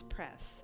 Press